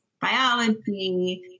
biology